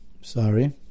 Sorry